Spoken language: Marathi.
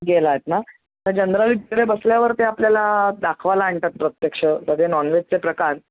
गेला आहेत ना तर जनरल तिकडे बसल्यावर ते आपल्याला दाखवायला आणतात प्रत्यक्ष सगळे नॉन वेजचे प्रकार